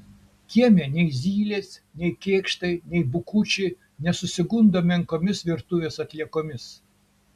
kieme nei zylės nei kėkštai nei bukučiai nesusigundo menkomis virtuvės atliekomis